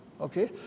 Okay